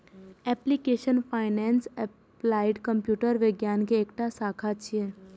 computational finance applied computer विज्ञान के एकटा शाखा छियै